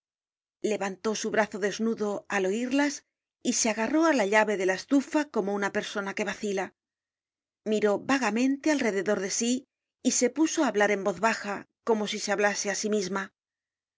levantó su brazo desnudo al oirías y se agarró á la llave de la estufa como una persona que vacila miró vagamente alrededor de sí y se puso á hablar en voz baja como si se hablase á sí misma